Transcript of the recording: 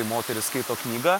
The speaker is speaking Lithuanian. moteris skaito knygą